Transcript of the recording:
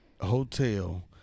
hotel